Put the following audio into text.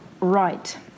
right